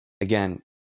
again